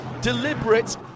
deliberate